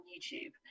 YouTube